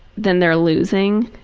then they're losing.